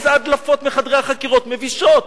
איזה הדלפות מחדרי החקירות, מבישות.